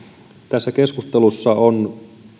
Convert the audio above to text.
tässä keskustelussa on